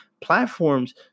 platforms